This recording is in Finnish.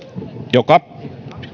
joka